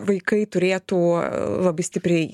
vaikai turėtų labai stipriai